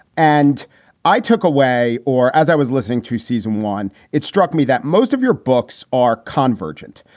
and i took away or as i was listening to season one, it struck me that most of your books are convergent.